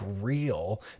real